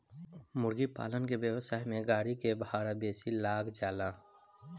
मुर्गीपालन के व्यवसाय में गाड़ी के भाड़ा बेसी लाग जाला